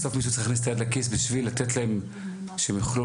בסוף מישהו צריך להכניס את היד לכיס בשביל שהם יוכלו